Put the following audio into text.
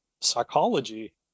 psychology